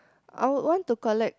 I would want to collect